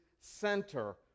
center